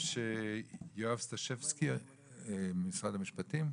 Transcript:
יואב סטשבסקי משרד המשפטים?